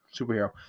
superhero